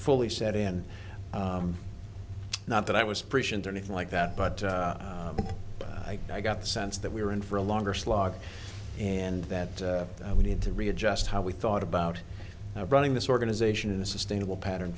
fully set in not that i was pregnant or anything like that but i got the sense that we were in for a longer slog and that we need to readjust how we thought about running this organization a sustainable pattern